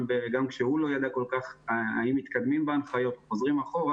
גם כשהוא לא ידע כל-כך האם מתקדמים בהנחיות או חוזרים אחורה.